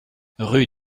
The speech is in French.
rue